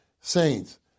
Saints